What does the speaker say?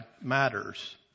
matters